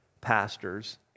pastors